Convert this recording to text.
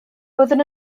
byddwn